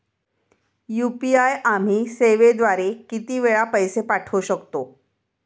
UPI आम्ही सेवेद्वारे किती वेळा पैसे पाठवू शकतो?